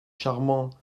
charmant